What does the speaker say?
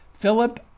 Philip